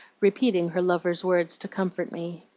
repeating her lover's words to comfort me.